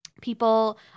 people